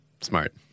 Smart